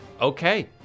Okay